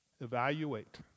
evaluate